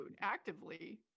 actively